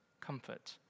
comfort